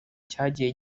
cyagiye